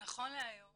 נכון להיום